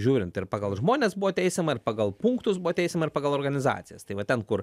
žiūrint ir pagal žmones buvo teisiama ir pagal punktus buvo teisiama ir pagal organizacijas tai va ten kur